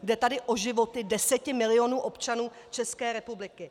Jde tady o životy deseti milionů občanů České republiky.